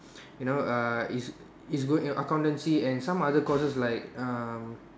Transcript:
you know uh is is good you know accountancy and some other courses like um